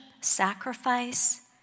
sacrifice